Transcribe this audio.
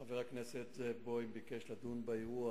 חבר הכנסת זאב בוים ביקש לדון באירוע